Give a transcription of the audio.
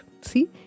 See